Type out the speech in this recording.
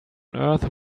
earth